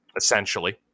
essentially